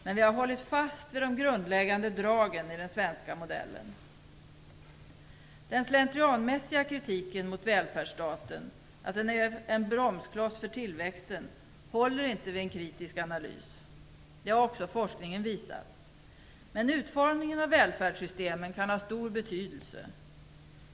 Men vi har hållit fast vid de grundläggande dragen i den svenska modellen. Den slentrianmässiga kritiken mot välfärdsstaten, att den är en bromskloss för tillväxten, håller inte vid en kritisk analys. Det har också forskningen visat. Men utformningen av välfärdssystemen kan ha stor betydelse.